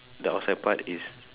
the outside part is